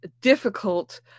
difficult